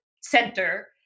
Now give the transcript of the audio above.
center